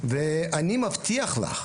ואני מבטיח לך